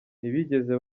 ntibigeze